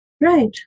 Right